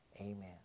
Amen